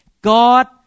God